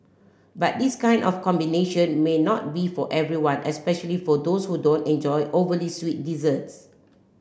but this kind of combination may not be for everyone especially for those who don't enjoy overly sweet desserts